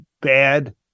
bad